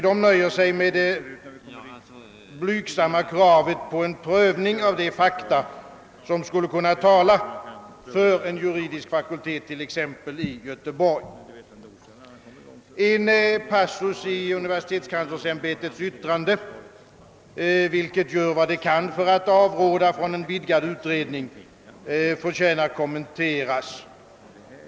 De nöjer sig med det blygsamma kravet på en prövning av de fakta som skulle kunna tala för en juridisk fakultet t.ex. i Göteborg. En passus i universitetskanslersämbetets yttrande, vilket gör vad det kan för att avråda från en vidgad utredning, förtjänar att kommenteras.